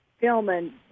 filming